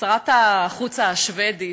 שרת החוץ השבדית,